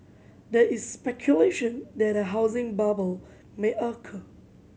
there is speculation that a housing bubble may occur